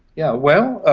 yeah, well,